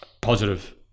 Positive